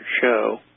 show